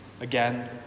again